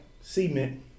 cement